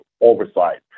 oversight